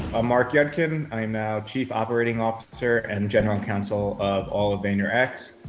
ah marc yudkin. i'm our chief operating officer and general counsel of all of vayner x.